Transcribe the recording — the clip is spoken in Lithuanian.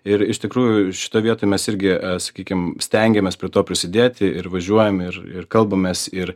ir iš tikrųjų šitoj vietoj mes irgi sakykim stengiamės prie to prisidėti ir važiuojame ir ir kalbamės ir